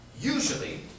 usually